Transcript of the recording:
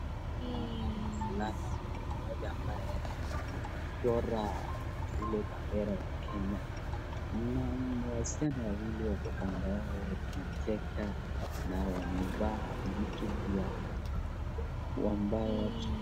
Hapa naona mvulana mmoja ambaye amejichora bendera ya Kenya. Wasichana wawili wako kando yake wakicheka na wamevaa vitu vya.